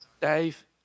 Dave